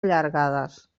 allargades